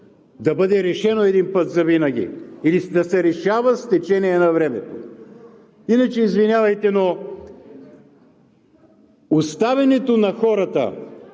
да бъде решено един път завинаги или да се решава с течение на времето. Иначе, извинявайте, но оставянето на хората